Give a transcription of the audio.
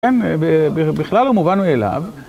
כן, בכלל לא מובן מאליו.